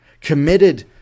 committed